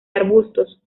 arbustos